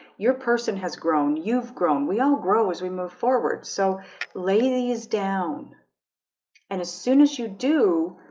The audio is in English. your person has grown. you've grown we all grow as we move forward. so lay these down and as soon as you do